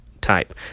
type